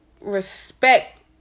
respect